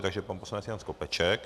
Takže pan poslanec Jan Skopeček.